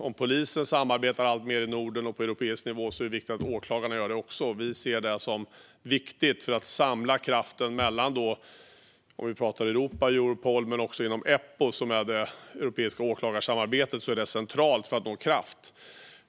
Om polisen samarbetar alltmer i Norden och på europeisk nivå tror vi att det är viktigt att åklagarna också gör det. När vi pratar Europa ser vi det som viktigt för att samla kraften inom Europol men också inom Eppo, som är det europeiska åklagarsamarbetet. Det är centralt för att nå kraft.